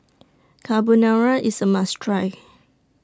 Carbonara IS A must Try